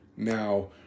Now